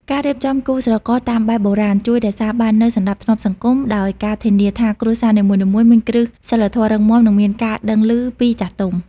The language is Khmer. ការរៀបចំគូស្រករតាមបែបបុរាណ ជួយរក្សាបាននូវ "សណ្តាប់ធ្នាប់សង្គម" ដោយការធានាថាគ្រួសារនីមួយៗមានគ្រឹះសីលធម៌រឹងមាំ និងមានការដឹងឮពីចាស់ទុំ។